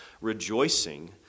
rejoicing